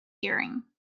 hearing